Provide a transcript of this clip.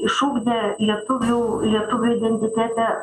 išugdė lietuvių lietuvių identitetą